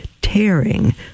tearing